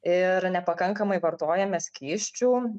ir nepakankamai vartojame skysčių